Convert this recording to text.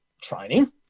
training